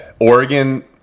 Oregon